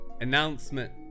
Announcement